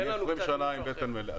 תן לנו קצת --- 20 שנה אני עם בטן מלאה.